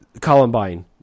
Columbine